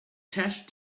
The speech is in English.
tesh